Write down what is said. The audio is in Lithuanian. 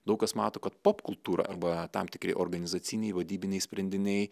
daug kas mato kad popkultūra arba tam tikri organizaciniai vadybiniai sprendiniai